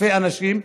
אלפי אנשים,